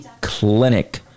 clinic